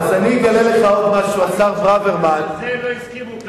גם על זה הם לא הסכימו.